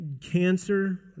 cancer